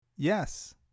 Yes